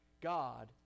God